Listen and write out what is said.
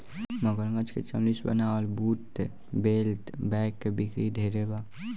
मगरमच्छ के चमरी से बनावल बूट, बेल्ट, बैग के बिक्री ढेरे बा